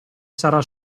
sarà